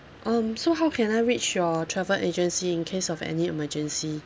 um so how can I reach your travel agency in case of any emergency